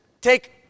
take